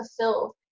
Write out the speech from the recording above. fulfilled